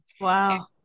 wow